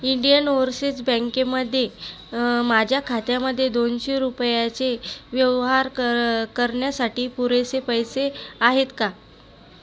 Indian Overseas बँकेमध्ये माझ्या खात्यामधे दोनशे रुपयाचे व्यवहार कर करण्यासाठी पुरेसे पैसे आहेत का